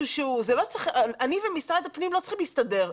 אני ומשרד הפנים לא צריכים להסתדר.